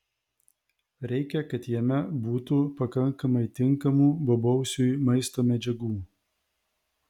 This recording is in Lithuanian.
reikia kad jame būtų pakankamai tinkamų bobausiui maisto medžiagų